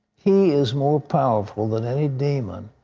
he is more powerful than any demon.